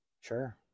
Sure